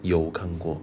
有看过